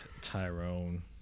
Tyrone